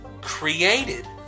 created